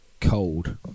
Cold